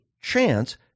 chance